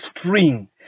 string